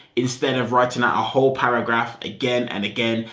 instead of writing out a whole paragraph again and again,